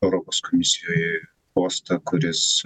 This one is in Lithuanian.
europos komosijoj postą kuris